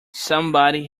somebody